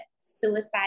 suicide